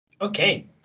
Okay